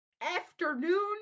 afternoon